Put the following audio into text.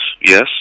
yes